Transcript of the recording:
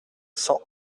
cent